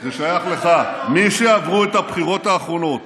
זה שייך לך: מי שעברו את הבחירות האחרונות